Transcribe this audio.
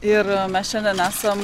ir mes šiandien esam